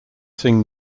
sing